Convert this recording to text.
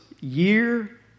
year